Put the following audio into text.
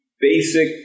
basic